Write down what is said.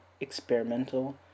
experimental